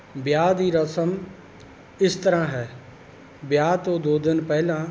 ਵਿਆਹ ਦੀ ਰਸਮ ਇਸ ਤਰ੍ਹਾਂ ਹੈ ਵਿਆਹ ਤੋਂ ਦੋ ਦਿਨ ਪਹਿਲਾਂ